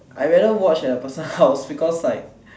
I rather watch at a person's house because like